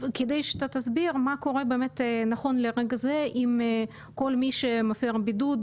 כדי שאתה תסביר מה קורה באמת נכון לרגע זה עם כל מי שמפר בידוד,